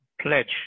pledge